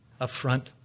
upfront